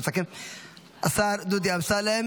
השר דודי אמסלם